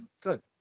Good